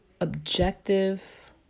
objective